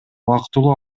убактылуу